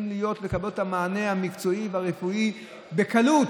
לקבל את המענה המקצועי והרפואי בקלות.